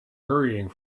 hurrying